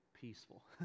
peaceful